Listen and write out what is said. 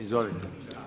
Izvolite.